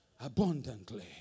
abundantly